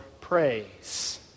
praise